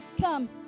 Come